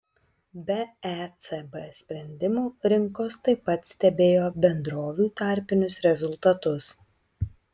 be ecb sprendimų rinkos taip pat stebėjo bendrovių tarpinius rezultatus